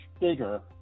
bigger